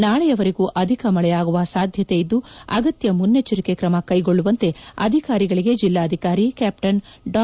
ನಾಳೆಯವರೆಗೂ ಅಧಿಕ ಮಳೆಯಾಗುವ ಸಾಧ್ಯತೆ ಇದ್ದು ಅಗತ್ತ ಮುನ್ನೆಚ್ಚರಿಕೆ ಕ್ರಮ ಕೈಗೊಳ್ಳುವಂತೆ ಅಧಿಕಾರಿಗಳಿಗೆ ಜಿಲ್ಲಾಧಿಕಾರಿ ಕ್ಯಾಪ್ಟನ್ ಡಾ